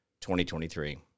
2023